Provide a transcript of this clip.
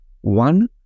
one